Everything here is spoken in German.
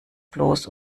bloß